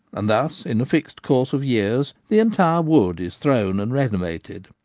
and thus in a fixed course of years the entire wood is thrown and renovated.